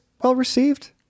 well-received